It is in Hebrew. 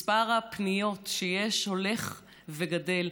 מספר הפניות שיש הולך וגדל,